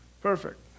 perfect